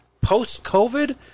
Post-COVID